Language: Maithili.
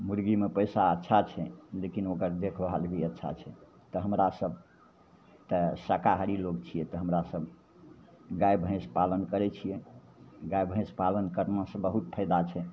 मुरगीमे पइसा अच्छा छै लेकिन ओकर देखभाल भी अच्छा छै तऽ हमरासभ तऽ शाकाहारी लोक छिए तऽ हमरासभ गाइ भैँस पालन करै छिए गाइ भैँस पालन करनेसे बहुत फायदा छै